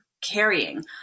carrying